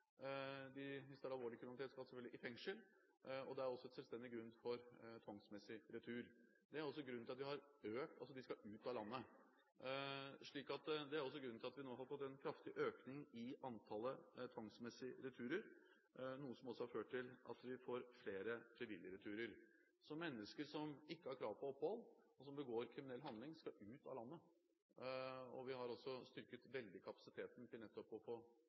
alvorlig kriminalitet, skal de selvfølgelig i fengsel, og det er også en selvstendig grunn for tvangsmessig retur. De skal ut av landet. Det er også grunnen til at vi nå har fått en kraftig økning i antallet tvangsmessige returer, noe som også har ført til at vi får flere frivillige returer. Mennesker som ikke har krav på opphold og som begår en kriminell handling, skal ut av landet. Vi har også styrket kapasiteten veldig til nettopp å få